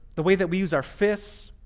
the way that we use our fists,